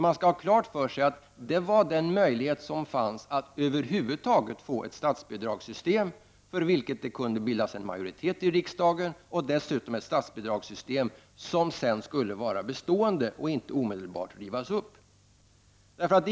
Man skall ha klart för sig att det var den möjlighet som över huvud taget fanns att få ett statsbidragssystem för vilket det i riksdagen kunde bildas en majoritet som kunde vara bestående och inte skulle omedelbart rivas upp.